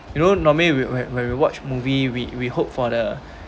you know normally we when when when we watch movie we we hope for the